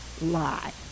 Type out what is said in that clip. lie